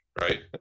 Right